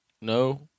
No